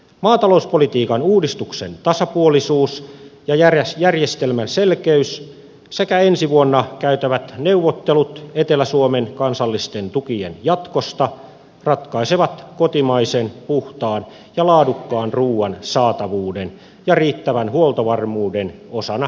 maatalouspolitiikan uudistuksen tasapuolisuus ja järjestelmän selkeys sekä ensi vuonna käytävät neuvottelut etelä suomen kansallisten tukien jatkosta ratkaisevat kotimaisen puhtaan ja laadukkaan ruuan saatavuuden ja riittävän huoltovarmuuden osana kokonaisturvallisuuttamme